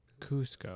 Cusco